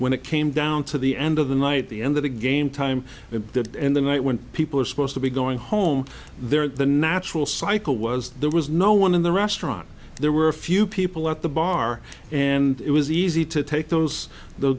when it came down to the end of the night the end of the game time in the in the night when people are supposed to be going home there at the natural cycle was there was no one in the restaurant there were a few people at the bar and it was easy to take those th